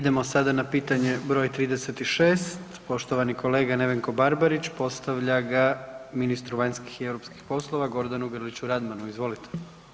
Idemo sada na pitanje broj 36, poštovani kolega Nevenko Barbarić postavlja ga ministru vanjskih i europskih poslova Gordanu grliću Radmanu, izvolite.